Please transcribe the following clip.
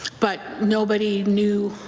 but nobody knew